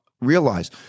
realize